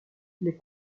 les